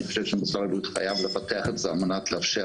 אני חושב שמשרד הבריאות חייב לפתח את זה על מנת לאפשר